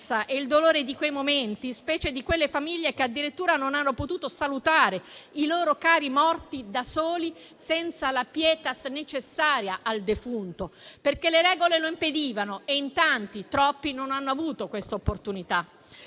e il dolore di quei momenti, specie di quelle famiglie che addirittura non hanno potuto salutare i loro cari, morti da soli, senza la *pietas* necessaria al defunto, perché le regole lo impedivano e in tanti, troppi, non hanno avuto questa opportunità.